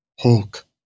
Hulk